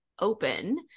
open